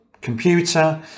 computer